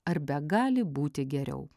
ar begali būti geriau